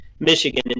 Michigan